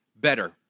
better